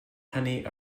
honey